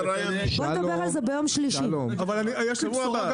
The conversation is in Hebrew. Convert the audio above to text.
אבל יש לי בשורה גם